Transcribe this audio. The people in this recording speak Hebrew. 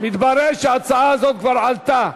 מתברר שהצעה זו כבר עלתה.